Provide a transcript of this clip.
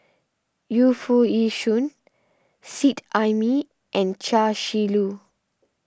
Yu Foo Yee Shoon Seet Ai Mee and Chia Shi Lu